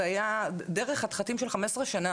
זו הייתה דרך חתחתים של 15 שנים